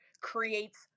creates